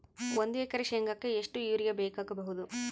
ಒಂದು ಎಕರೆ ಶೆಂಗಕ್ಕೆ ಎಷ್ಟು ಯೂರಿಯಾ ಬೇಕಾಗಬಹುದು?